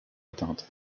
atteintes